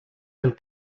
del